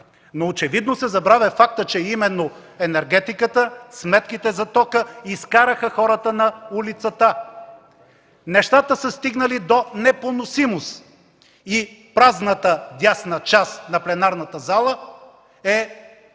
но очевидно се забравя фактът, че именно енергетиката, сметките за тока изкараха хората на улицата! Нещата са стигнали до непоносимост и празната дясна част на пленарната зала е едно